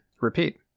repeat